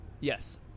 yes